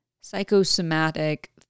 psychosomatic